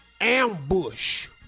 ambush